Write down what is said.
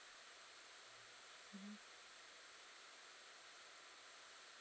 mmhmm